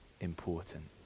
important